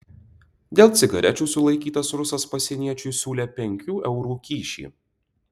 dėl cigarečių sulaikytas rusas pasieniečiui siūlė penkių eurų kyšį